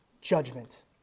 judgment